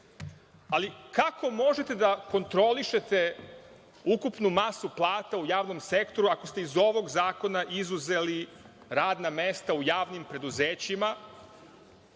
Kako možete da kontrolišete ukupnu masu plata u javnom sektoru, ako ste iz ovog zakona izuzeli radna mesta u javnim preduzećima